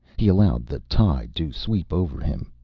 he allowed the tide to sweep over him,